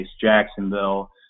Jacksonville